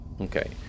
Okay